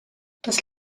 das